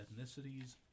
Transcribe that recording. ethnicities